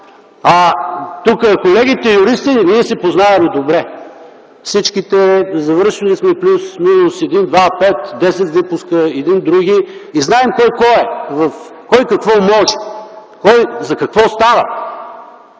А тук с колегите юристи ние се познаваме добре. Всичките сме завършили плюс-минус един, два, пет, десет випуска и се знаем един други, знаем кой кой е, кой какво може, кой за какво става